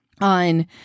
on